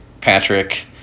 Patrick